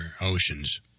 oceans